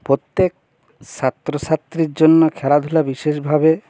প্রত্যেক ছাত্র ছাত্রীর জন্য খেলাধুলা বিশেষভাবে